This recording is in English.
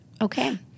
okay